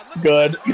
Good